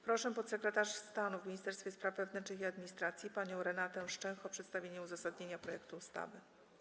Proszę podsekretarz stanu w Ministerstwie Spraw Wewnętrznych i Administracji panią Renatę Szczęch o przedstawienie uzasadnienia projektu ustawy.